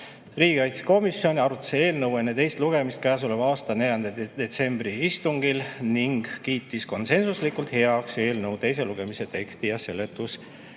Riigikaitsekomisjon arutas eelnõu enne teist lugemist käesoleva aasta 4. detsembri istungil ning kiitis konsensuslikult heaks eelnõu teise lugemise teksti ja